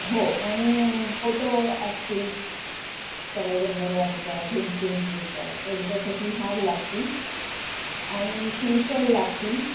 हो आणि फोटो असतील सवाई गंधर्वांचा भीमसेनजींचा त्यांच्यासाठी हार लागतील आणि श्रीफळ लागतील